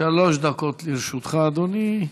שלוש דקות לרשותך, אדוני.